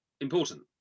important